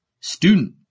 Student